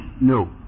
no